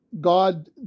God